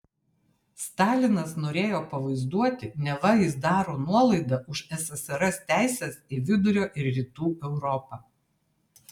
stalinas norėjo pavaizduoti neva jis daro nuolaidą už ssrs teises į vidurio ir rytų europą